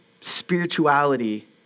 spirituality